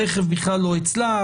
הרכב הוא בכלל לא אצלה,